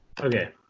Okay